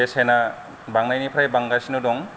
बेसेना बांनायनिफ्राय बांगासिनो दं